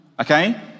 okay